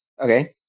Okay